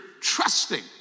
trusting